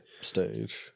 stage